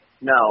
No